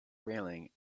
railing